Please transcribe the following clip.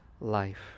life